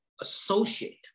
associate